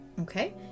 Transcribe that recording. Okay